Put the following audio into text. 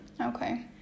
Okay